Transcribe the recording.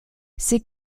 ses